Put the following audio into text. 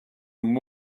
and